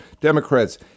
Democrats